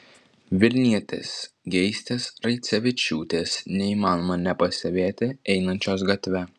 vilnietės geistės raicevičiūtės neįmanoma nepastebėti einančios gatve